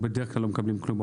או בדרך כלל לא מקבלים כלום.